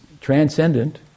transcendent